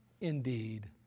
indeed